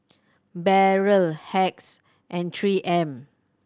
Barrel Hacks and Three M